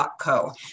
.co